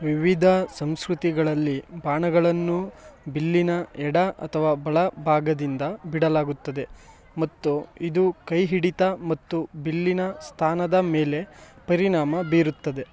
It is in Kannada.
ವಿವಿಧ ಸಂಸ್ಕೃತಿಗಳಲ್ಲಿ ಬಾಣಗಳನ್ನು ಬಿಲ್ಲಿನ ಎಡ ಅಥವಾ ಬಲ ಭಾಗದಿಂದ ಬಿಡಲಾಗುತ್ತದೆ ಮತ್ತು ಇದು ಕೈ ಹಿಡಿತ ಮತ್ತು ಬಿಲ್ಲಿನ ಸ್ಥಾನದ ಮೇಲೆ ಪರಿಣಾಮ ಬೀರುತ್ತದೆ